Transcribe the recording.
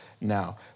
now